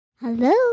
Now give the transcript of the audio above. Hello